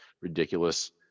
ridiculous